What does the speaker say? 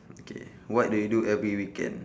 okay what do you do every weekend